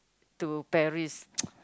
to Paris